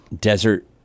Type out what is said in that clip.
desert